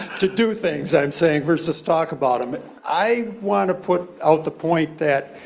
to do things i'm saying versus talk about them. i wanna put out the point that